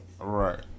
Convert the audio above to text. Right